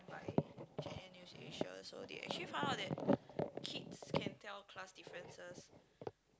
by Channel-News-Asia so they actually find out that kids can tell class differences